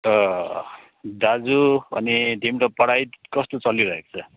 त दाजु अनि तिम्रो पढाइ कस्तो चलिरहेको छ